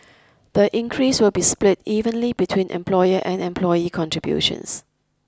The increase will be split evenly between employer and employee contributions